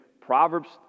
proverbs